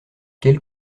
quelle